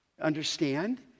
understand